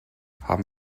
haben